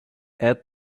add